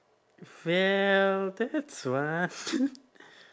well that's one